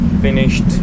Finished